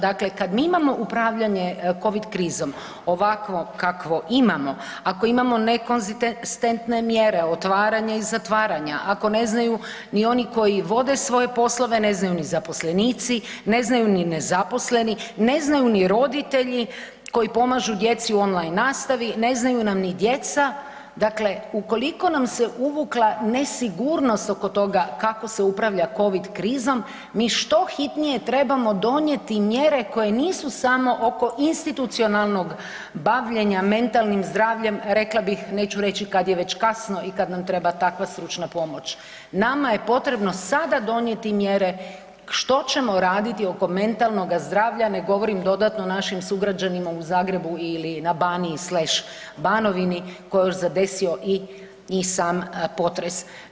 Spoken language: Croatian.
Dakle, kad mi imamo upravljanje covid krizom ovakvo kakvo imamo, ako imamo nekonzistentne mjere otvaranja i zatvaranja, ako ne znaju ni oni koji vode svoje poslove, ne znaju ni zaposlenici, ne znaju ni nezaposleni, ne znaju ni roditelji koji pomažu djeci u online nastavi, ne znaju nam ni djeca, dakle ukoliko nam se uvukla nesigurnost oko toga kako se upravlja covid krizom mi što hitnije trebamo donijeti mjere koje nisu samo oko institucionalnog bavljenja mentalnim zdravljem, rekla bih, neću reći kad je već kasno i kad nam treba takva stručna pomoć, nama je potrebno sada donijeti mjere što ćemo raditi oko mentalnoga zdravlja, ne govorim dodatno o našim sugrađanima u Zagrebu ili na Baniji, sleš Banovini koju je zadesio i, i sam potres.